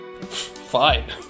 Fine